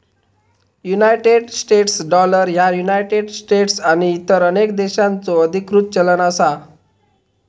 United States dollar ह्या United States आणि इतर अनेक देशांचो अधिकृत चलन असा